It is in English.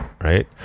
right